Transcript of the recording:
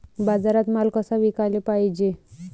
बाजारात माल कसा विकाले पायजे?